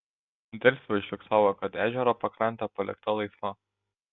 delfi užfiksavo kad ežero pakrantė palikta laisva